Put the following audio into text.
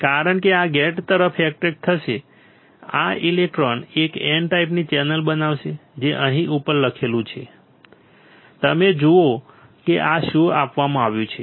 કારણ કે આ ગેટ તરફ એક્ટ્રેક્ટ થશે આ ઇલેક્ટ્રોન એક N ટાઈપની ચેનલ બનાવશે જે અહીં ઉપર લખેલું છે તમે જુઓ કે આ શું આપવામાં આવ્યું છે